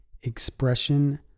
expression